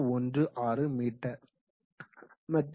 1016 metre மற்றும் 1